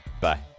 bye